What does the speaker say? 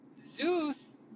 Zeus